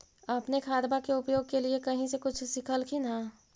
अपने खादबा के उपयोग के लीये कही से कुछ सिखलखिन हाँ?